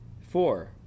four